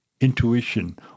intuition